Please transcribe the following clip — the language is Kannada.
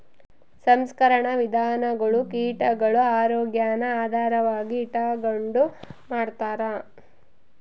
ಸಂಸ್ಕರಣಾ ವಿಧಾನಗುಳು ಕೀಟಗುಳ ಆರೋಗ್ಯಾನ ಆಧಾರವಾಗಿ ಇಟಗಂಡು ಮಾಡ್ತಾರ